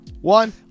one